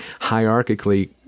hierarchically